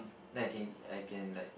then I can I can like